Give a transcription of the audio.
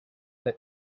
that